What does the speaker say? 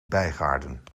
bijgaarden